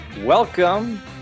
Welcome